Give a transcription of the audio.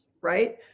right